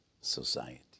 society